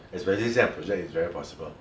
现在 project is very prosper